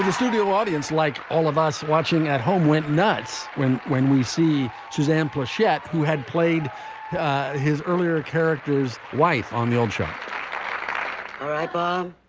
ah studio audience, like all of us watching at home, went nuts when when we see suzanne pleshette, who had played his earlier character's wife on the old show but um